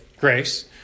grace